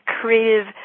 creative